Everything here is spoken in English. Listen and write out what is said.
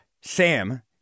Sam